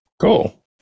Cool